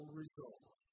results